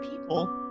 People